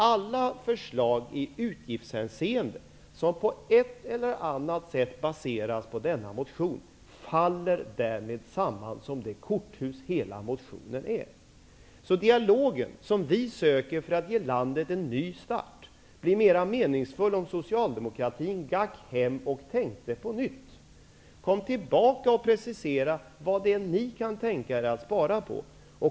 Alla förslag i utgiftshänseende som på ett eller annat sätt baseras på denna motion faller därmed samman som det korthus hela motionen utgör. Den dialog som vi söker för att ge landet en ny start, skulle bli mera meningsfull om socialdemokratin gick hem och tänkte på nytt och kom tillbaka och preciserade vad man kan spara på.